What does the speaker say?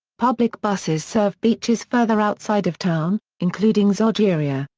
public buses serve beaches further outside of town, including zogeria,